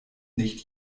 nicht